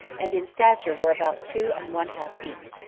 and in stature were about two and one-half feet.